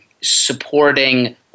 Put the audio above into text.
supporting